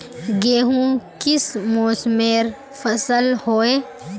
गेहूँ किस मौसमेर फसल होय?